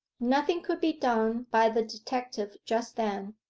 nothing could be done by the detective just then,